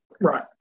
Right